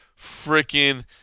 freaking